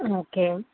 okay